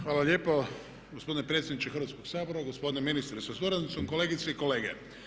Hvala lijepo gospodine predsjedniče Hrvatskog sabora, gospodine ministre sa suradnicom, kolegice i kolege.